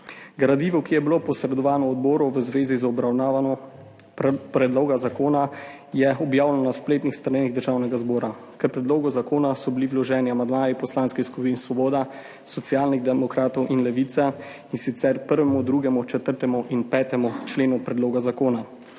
Gradivo, ki je bilo posredovano odboru v zvezi z obravnavano predloga zakona, je objavljeno na spletnih straneh Državnega zbora. K predlogu zakona so bili vloženi amandmaji Poslanskih skupin Svoboda, Socialnih demokratov in Levice, in sicer k 1., 2., 4. in 5. členu predloga zakona.